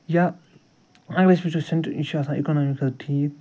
یا أمِس وُچھو سِنٛٹہٕ یہِ چھِ آسان اِکنامی خٲطرٕ ٹھیٖک